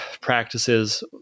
practices